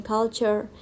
Culture